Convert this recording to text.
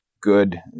good